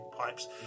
pipes